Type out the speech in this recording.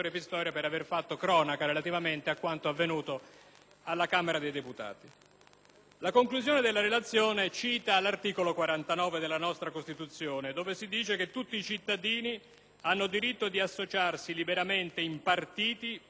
La conclusione della relazione cita l'articolo 49 della nostra Costituzione, dove si dice che «tutti i cittadini hanno diritto di associarsi liberamente in partiti per concorrere con metodo democratico a determinare la politica nazionale».